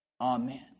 Amen